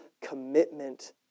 commitment